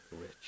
rich